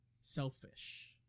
selfish